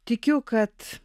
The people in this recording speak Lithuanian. tikiu kad